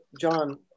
John